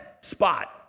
spot